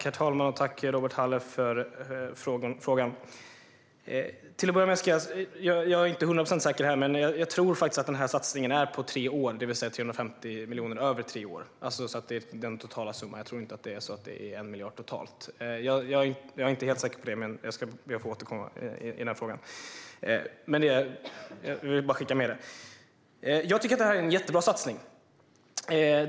Herr talman! Tack, Robert Halef, för frågan! Jag är inte hundraprocentigt säker, men jag tror att den här satsningen är på tre år, det vill säga 350 miljoner över tre år som total summa. Jag tror inte att det är 1 miljard totalt. Jag är inte helt säker på det, utan jag ska be att få återkomma i den frågan. Jag tycker att det här är en jättebra satsning.